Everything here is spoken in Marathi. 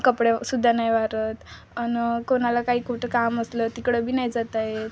कपडे सुद्धा नाही वाळत आणि कोणाला काही कुठं काम असलं तिकडं बी नाही जाता येत